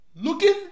Looking